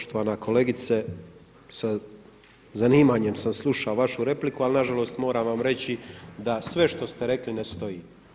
Poštovana kolegice, sa zanimanjem sam slušao vašu repliku, ali nažalost moram vam reći da sve što ste rekli ne stoji.